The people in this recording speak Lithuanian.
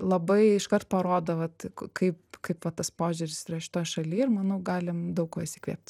labai iškart parodo vat kaip kaip va tas požiūris yra šitoj šaly ir manau galim daug ko įsikvėpt